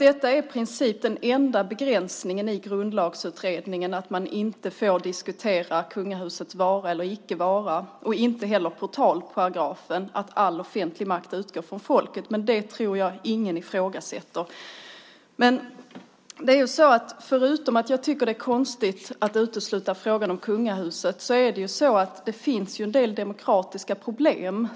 Detta är i princip den enda begränsningen i Grundlagsutredningen - man får inte diskutera kungahusets vara eller icke vara. Man får heller inte diskutera portalparagrafen att all offentlig makt utgår från folket, men det tror jag ingen ifrågasätter. Förutom att jag tycker att det är konstigt att utesluta frågan om kungahuset är det så att det finns en del demokratiska problem.